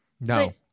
No